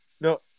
no